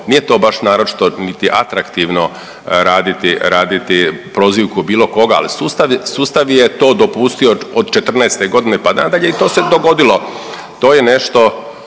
nije to baš naročito niti atraktivno raditi, raditi prozivku bilo koga, ali sustav, sustav je to dopustio od 14 godine pa nadalje i to se dogodilo. To je nešto